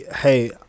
hey